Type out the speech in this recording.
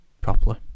properly